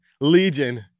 Legion